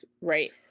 right